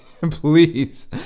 please